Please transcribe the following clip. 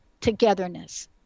togetherness